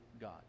God